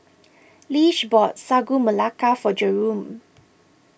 Lish bought Sagu Melaka for Jerome